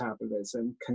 metabolism